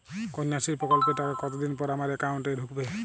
কন্যাশ্রী প্রকল্পের টাকা কতদিন পর আমার অ্যাকাউন্ট এ ঢুকবে?